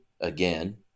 again